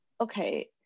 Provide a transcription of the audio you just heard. okay